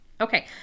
Okay